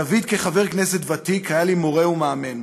דוד, כחבר כנסת ותיק, היה לי מורה ומאמן.